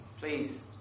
please